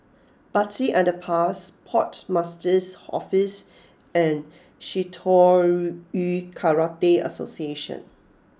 Bartley Underpass Port Master's Office and Shitoryu Karate Association